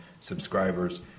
subscribers